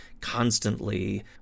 constantly